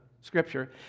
scripture